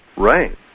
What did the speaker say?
Right